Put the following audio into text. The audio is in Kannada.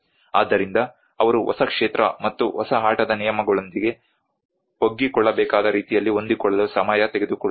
ಆದ್ದರಿಂದ ಅವರು ಹೊಸ ಕ್ಷೇತ್ರ ಮತ್ತು ಹೊಸ ಆಟದ ನಿಯಮಗಳೊಂದಿಗೆ ಒಗ್ಗಿಕೊಳ್ಳಬೇಕಾದ ರೀತಿಯಲ್ಲಿ ಹೊಂದಿಕೊಳ್ಳಲು ಸಮಯ ತೆಗೆದುಕೊಳ್ಳುತ್ತದೆ